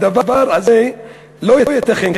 הדבר הזה לא ייתכן,